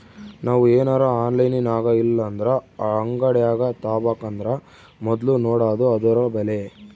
ನಾವು ಏನರ ಆನ್ಲೈನಿನಾಗಇಲ್ಲಂದ್ರ ಅಂಗಡ್ಯಾಗ ತಾಬಕಂದರ ಮೊದ್ಲು ನೋಡಾದು ಅದುರ ಬೆಲೆ